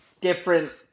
different